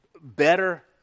better